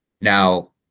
Now